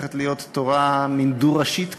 הופכת להיות ממין תורה דו-ראשית כזו,